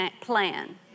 plan